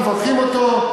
אנחנו מברכים אותו.